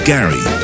Gary